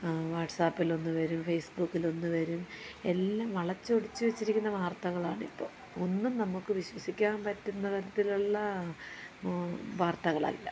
വാട്സാപ്പിൽ ഒന്ന് വരും ഫേസ്ബുക്കിൽ ഒന്നു വരും എല്ലാം വളച്ചൊടിച്ച് വച്ചിരിക്കുന്ന വാർത്തകളാണ് ഇപ്പോൾ ഒന്നും നമുക്ക് വിശ്വസിക്കാൻ പറ്റുന്ന തരത്തിലുള്ള വാർത്തകൾ അല്ല